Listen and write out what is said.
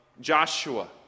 Joshua